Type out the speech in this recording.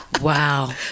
wow